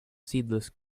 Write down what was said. seedless